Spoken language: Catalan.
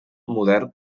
modern